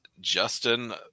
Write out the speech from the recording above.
Justin